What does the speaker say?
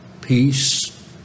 peace